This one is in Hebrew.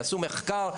יעשו מחקר.